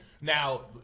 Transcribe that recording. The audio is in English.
now